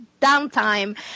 downtime